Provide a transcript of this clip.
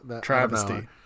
travesty